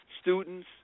students